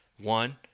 one –